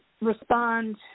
respond